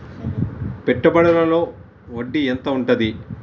పెట్టుబడుల లో వడ్డీ ఎంత ఉంటది?